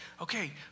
okay